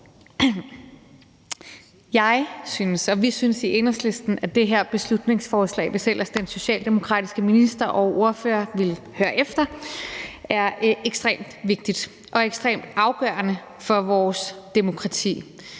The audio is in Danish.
det her beslutningsforslag – hvis ellers den socialdemokratiske minister og ordfører vil høre efter – er ekstremt vigtigt og ekstremt afgørende for vores demokrati.